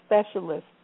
specialist